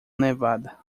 nevada